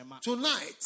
Tonight